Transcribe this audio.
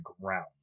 ground